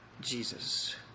Jesus